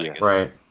Right